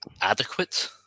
adequate